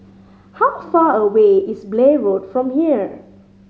how far away is Blair Road from here